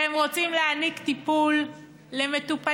והם רוצים להעניק טיפול למטופלים,